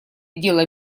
дела